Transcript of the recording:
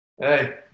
Hey